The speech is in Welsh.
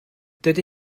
dydy